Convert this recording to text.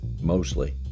mostly